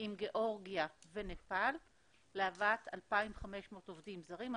עם גיאוגרפיה ונפאל להבאת 2,500 עובדים זרים,